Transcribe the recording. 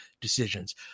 decisions